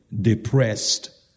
depressed